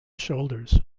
shoulders